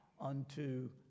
unto